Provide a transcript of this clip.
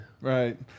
Right